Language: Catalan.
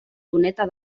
doneta